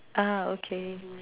ah okay